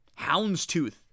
houndstooth